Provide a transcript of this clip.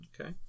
Okay